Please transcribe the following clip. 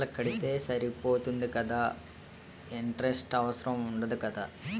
అసలు కడితే సరిపోతుంది కదా ఇంటరెస్ట్ అవసరం ఉండదు కదా?